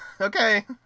Okay